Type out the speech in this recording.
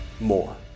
more